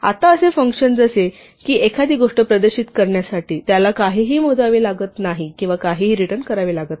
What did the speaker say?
आता असे फंक्शन जसे की एखादी गोष्ट प्रदर्शित करण्यासाठी त्याला काहीही मोजावे लागत नाही किंवा काहीही रिटर्न करावे लागत नाही